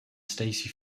stacy